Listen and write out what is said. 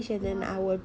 ya